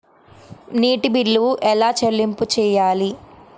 నీటి బిల్లు ఎలా చెల్లింపు చేయాలి?